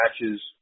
matches